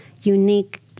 unique